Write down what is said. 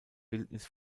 bildnis